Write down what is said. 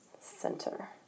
center